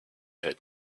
had